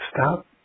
stop